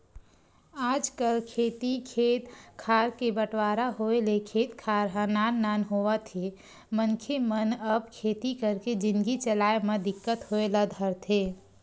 आजकल खेती खेत खार के बंटवारा होय ले खेत खार ह नान नान होवत हे मनखे मन अब खेती करके जिनगी चलाय म दिक्कत होय ल धरथे